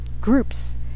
groups